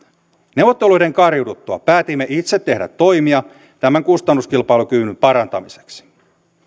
neuvotteluiden kariuduttua päätimme itse tehdä toimia tämän kustannuskilpailukyvyn parantamiseksi